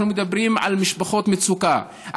אנחנו מדברים על משפחות מצוקה,